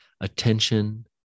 attention